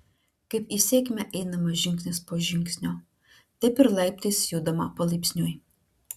kaip į sėkmę einama žingsnis po žingsnio taip ir laiptais judama palaipsniui